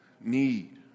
need